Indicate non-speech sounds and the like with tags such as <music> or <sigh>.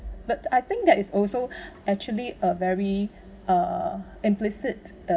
but I think that is also <breath> actually a very uh implicit uh